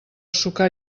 sucar